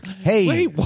Hey